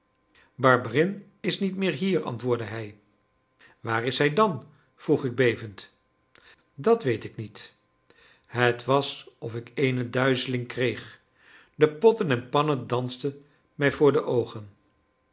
barberin is niet meer hier antwoordde hij waar is hij dan vroeg ik bevend dat weet ik niet het was of ik eene duizeling kreeg de potten en pannen dansten mij voor de oogen